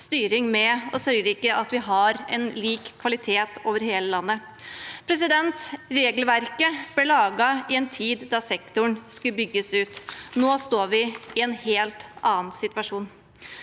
styring med dette, og at vi har en lik kvalitet over hele landet. Regelverket ble laget i en tid da sektoren skulle bygges ut. Nå står vi i en helt annen situasjon.